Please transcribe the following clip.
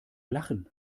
lachen